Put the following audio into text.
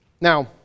Now